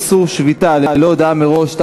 איסור שביתה ללא הודעה מראש),